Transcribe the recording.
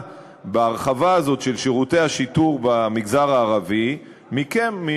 בהרחבה הזאת של שירותי השיטור במגזר הערבי מכם,